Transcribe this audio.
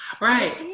right